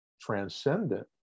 transcendent